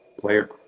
player